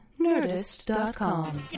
Nerdist.com